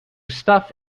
stuff